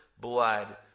blood